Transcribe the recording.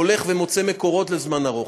הולך ומוצא מקורות לזמן ארוך.